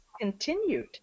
continued